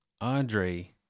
Andre